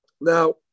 Now